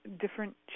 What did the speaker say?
different